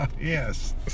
yes